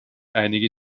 einige